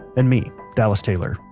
and me, dallas taylor.